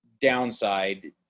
downside